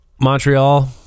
Montreal